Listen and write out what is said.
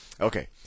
Okay